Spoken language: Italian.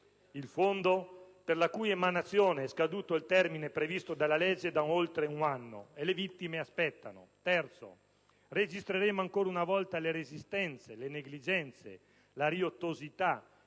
il fondo, per la cui emanazione è scaduto il termine previsto dalla legge da oltre un anno: e le vittime aspettano). In terzo luogo, registreremo ancora una volta le resistenze, le negligenze, la riottosità,